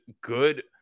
good